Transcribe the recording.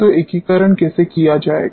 तो एकीकरण कैसे किया जाएगा